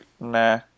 nah